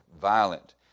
violent